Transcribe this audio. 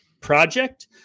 project